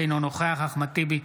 אינו נוכח אחמד טיבי,